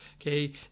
Okay